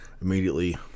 immediately